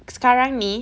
sekarang ini